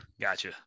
gotcha